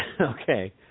Okay